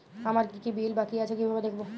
আমার কি কি বিল বাকী আছে কিভাবে দেখবো?